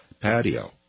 patio